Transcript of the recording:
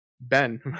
Ben